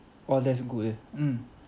oh that's good eh mm